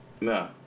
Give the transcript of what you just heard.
No